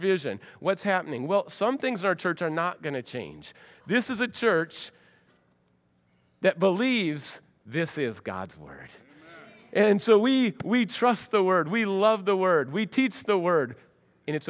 vision what's happening well some things in our church are not going to change this is a church that believes this is god's word and so we trust the word we love the word we teach the word and it's